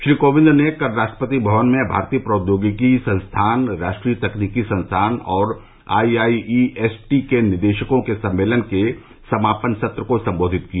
श्री कोविंद ने कल राष्ट्रपति भवन में भारतीय प्रौद्योगिकी संस्थान राष्ट्रीय तकनीकी संस्थान और I I E S T के निदेशकों के सम्मेलन के समापन सत्र को संबोधित किया